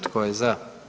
Tko je za?